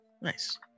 Nice